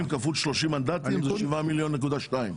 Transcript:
240 כפול 30 מנדטים, זה 7.2 מיליון.